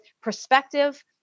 perspective